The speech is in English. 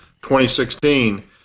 2016